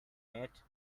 mate